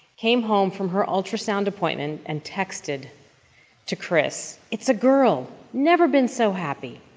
came home from her ultrasound appointment and texted to chris, it's a girl never been so happy.